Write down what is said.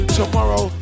tomorrow